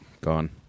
Gone